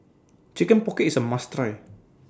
Chicken Pocket IS A must Try